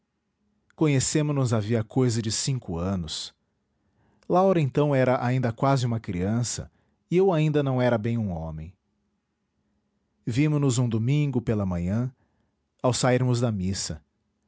conhecemo-nos havia cousa de cinco anos laura então era ainda quase uma criança e eu ainda não era bem um homem vimo nos um domingo pela manhã ao sairmos da missa